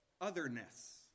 otherness